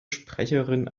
sprecherin